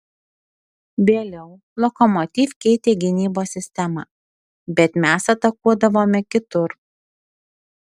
vėliau lokomotiv keitė gynybos sistemą bet mes atakuodavome kitur